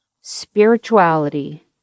spirituality